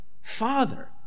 Father